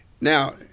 Now